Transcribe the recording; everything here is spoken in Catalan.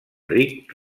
ric